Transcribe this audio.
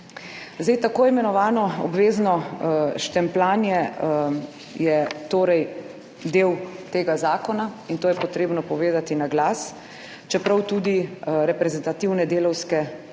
Tako imenovano obvezno štempljanje je torej del tega zakona in to je treba povedati na glas, čeprav tudi reprezentativne delavske